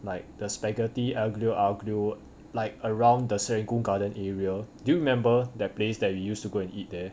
like the spaghetti aglio oglio like around the serangoon garden area do you remember that place that we used to go and eat there